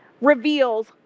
reveals